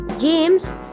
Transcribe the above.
James